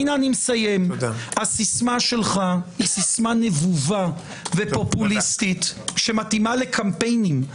הסיסמה שלך היא נבובה ופופוליסטית שמתאימה לקמפיינים.